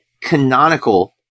canonical